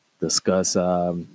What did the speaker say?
discuss